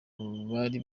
bari